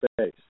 space